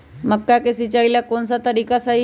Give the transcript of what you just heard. मक्का के सिचाई ला कौन सा तरीका सही है?